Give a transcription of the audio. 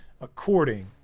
according